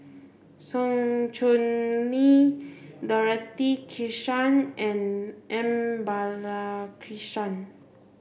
Sng Choon Yee Dorothy Krishnan and M Balakrishnan